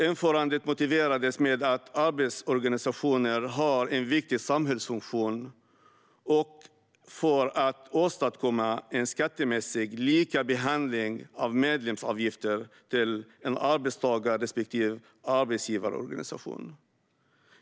Införandet motiverades med att arbetstagarorganisationer har en viktig samhällsfunktion och med att man ville åstadkomma en skattemässig likabehandling av medlemsavgifter till en arbetstagar respektive arbetsgivarorganisation.